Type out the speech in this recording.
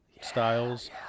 styles